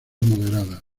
moderadas